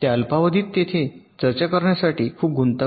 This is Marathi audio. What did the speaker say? त्या अल्पावधीत येथे चर्चा करण्यासाठी खूप गुंतागुंत आहे